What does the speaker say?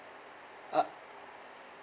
uh